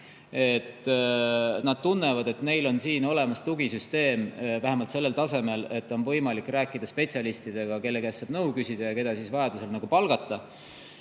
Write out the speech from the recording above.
Nad tunnevad, et neil on siin olemas tugisüsteem vähemalt sellel tasemel, et on võimalik rääkida spetsialistidega, kelle käest saab nõu küsida ja keda vajadusel palgata.